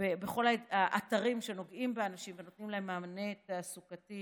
בכל האתרים שנוגעים באנשים ונותנים להם מענה תעסוקתי,